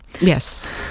Yes